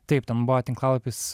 taip ten buvo tinklalapis